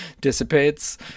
dissipates